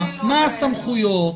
מה הסמכויות?